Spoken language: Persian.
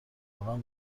واقعا